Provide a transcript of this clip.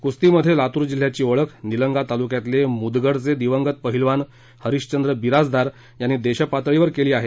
कुस्ती मध्ये लातूर जिल्हयाची ओळख निलंगा तालुक्यातले मुदगडचे दिवंगत पहिलवान हरिशचंद्र बिराजदार यांनी देशपातळीवर केली आहे